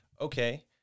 Okay